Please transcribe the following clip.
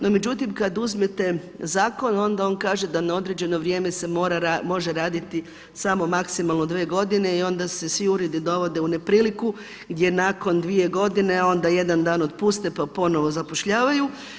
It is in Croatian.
No međutim, kada uzmete zakon onda on kaže da na određeno vrijeme se može raditi samo maksimalno dvije godine i onda se svi uredi dovode u nepriliku gdje nakon 2 godine onda jedan dan otpuste, pa ponovno zapošljavaju.